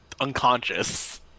unconscious